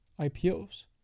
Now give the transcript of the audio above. IPOs